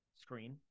screen